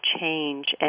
change